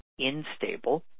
instable